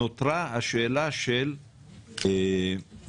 נותרה השאלה של הפיצוי.